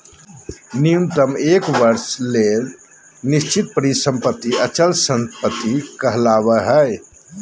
न्यूनतम एक वर्ष ले निश्चित परिसम्पत्ति अचल संपत्ति कहलावय हय